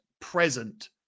present